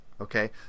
Okay